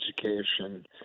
education